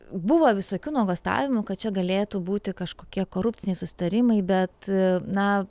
buvo visokių nuogąstavimų kad čia galėtų būti kažkokie korupciniai susitarimai bet na